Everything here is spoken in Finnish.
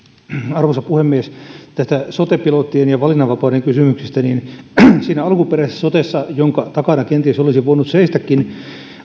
arvoisa puhemies näistä sote pilottien ja valinnanvapauden kysymyksistä siinä alkuperäisessä sotessa jonka takana kenties olisin voinut seistäkin